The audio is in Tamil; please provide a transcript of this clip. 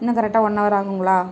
இன்னும் கரெக்ட்டாக ஒன் அவர் ஆகுங்களா